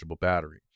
battery